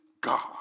God